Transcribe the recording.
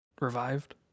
revived